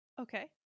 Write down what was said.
Okay